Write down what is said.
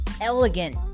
elegant